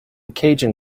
cajun